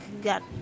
Got